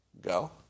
Go